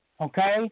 okay